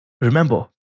Remember